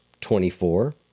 24